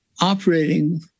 operating